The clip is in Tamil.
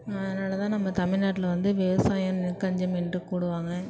அதனாலதான் நம்ம தமிழ்நாட்டில் வந்து விவசாயம் நெற்களஞ்சியம் என்று கூடுவாங்க